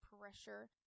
pressure